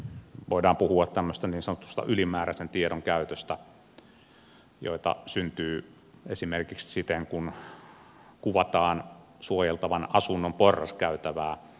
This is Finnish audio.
voidaan puhua tämmöisestä niin sanotusta ylimääräisen tiedon käytöstä jota syntyy esimerkiksi silloin kun kuvataan suojeltavan asunnon porraskäytävää